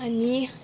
आनी